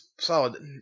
Solid